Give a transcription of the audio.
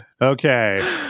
Okay